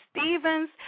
Stevens